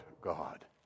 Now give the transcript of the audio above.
God